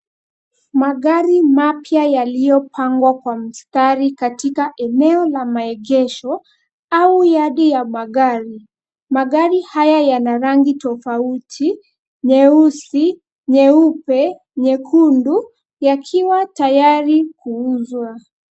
Magari mapya yaliyopangwa kwa mstari katika eneo la maegesho au yadi ya magari. Magari haya yana rangi tofauti nyeusi, nyeupe, nyekundu, yakiwa tayari kuuzwa.